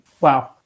wow